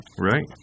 Right